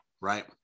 Right